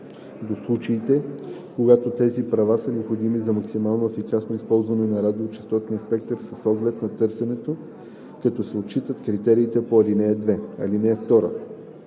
до случаите, когато тези права са необходими за максимално ефикасно използване на радиочестотния спектър с оглед на търсенето, като се отчитат критериите по ал. 2.